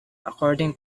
according